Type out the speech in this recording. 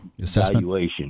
Assessment